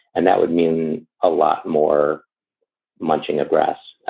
and that would mean a lot more munching a grass